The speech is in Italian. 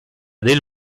del